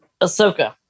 Ahsoka